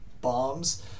bombs